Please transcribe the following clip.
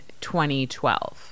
2012